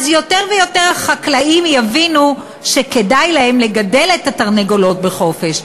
ואז יותר ויותר חקלאים יבינו שכדאי להם לגדל את התרנגולות בחופש.